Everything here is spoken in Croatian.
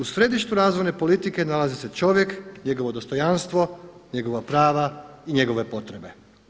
U središtu razvojne politike nalazi se čovjek, njegovo dostojanstvo, njegova prava i njegove potrebe.